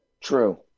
True